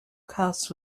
cast